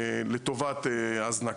לטובת הזנקה.